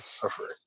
suffering